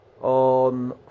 on